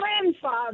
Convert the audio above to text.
grandfather